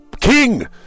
king